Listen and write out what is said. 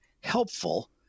helpful